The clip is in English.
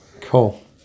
Cool